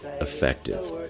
effective